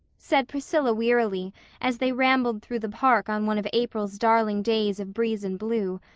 said priscilla wearily, as they rambled through the park on one of april's darling days of breeze and blue,